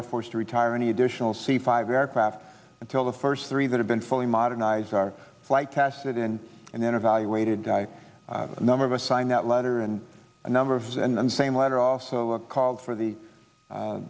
air force to retire any additional c five aircraft until the first three that have been fully modernize our flight tested in and then evaluated a number of us signed that letter and a number of years and then the same letter also called for the